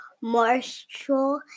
moisture